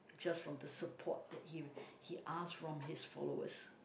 just from the support that he he asked from his followers